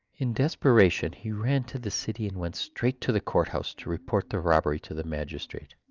in desperation, he ran to the city and went straight to the courthouse to report the robbery to the magistrate.